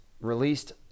released